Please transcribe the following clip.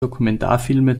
dokumentarfilme